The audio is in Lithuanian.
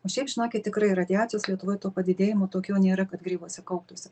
o šiaip žinokit tikrai radiacijos lietuvoj to padidėjimo tokio nėra kad grybuose kauptųsi